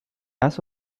has